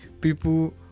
people